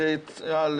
נכה צה"ל,